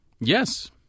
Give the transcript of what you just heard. Yes